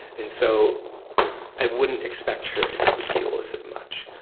and so i wouldn't expect her to be able to deal with it much.